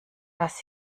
was